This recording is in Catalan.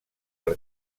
per